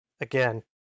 again